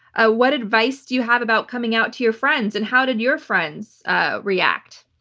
ah what advice do you have about coming out to your friends? and how did your friends ah react?